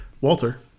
walter